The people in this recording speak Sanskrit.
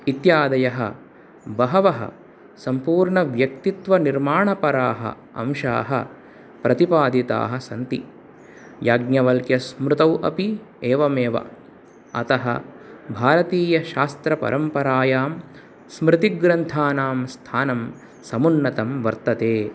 इत्यादयः बहवः सम्पूर्णव्यक्तित्वनिर्माणपराः अंशाः प्रतिपादिताः सन्ति याज्ञवल्क्यस्मृतौ अपि एवमेव अतः भारतीयशास्त्रपरम्परायां स्मृतिग्रन्थानां स्थानं समुन्नतं वर्तते